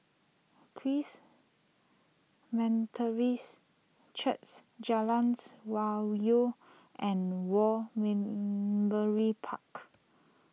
Charis mental reis Jalan's Hwi Yoh and War win Memorial Park